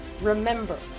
Remember